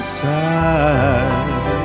side